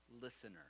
listener